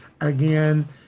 again